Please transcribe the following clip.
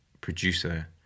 Producer